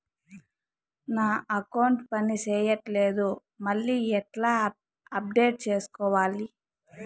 నా అకౌంట్ పని చేయట్లేదు మళ్ళీ ఎట్లా అప్డేట్ సేసుకోవాలి?